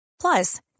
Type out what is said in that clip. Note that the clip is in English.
Plus